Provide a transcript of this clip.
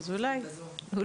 אז אולי כדאי.